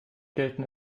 gelten